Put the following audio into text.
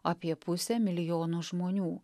apie pusę milijono žmonių